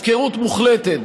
הפקרות מוחלטת,